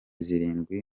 zirindwi